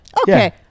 Okay